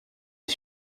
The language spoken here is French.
est